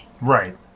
Right